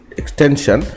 extension